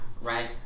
right